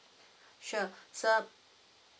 sure sir